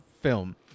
film